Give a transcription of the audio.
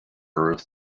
ruth